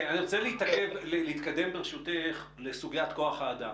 אני רוצה להתקדם ברשותך לסוגיית כוח האדם